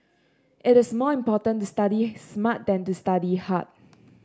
it is more important to study smart than to study hard